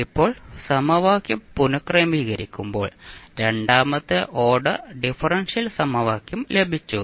ഇപ്പോൾ സമവാക്യം പുനക്രമീകരിക്കുമ്പോൾ രണ്ടാമത്തെ ഓർഡർ ഡിഫറൻഷ്യൽ സമവാക്യം ലഭിച്ചു